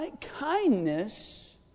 Kindness